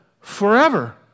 forever